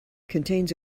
contains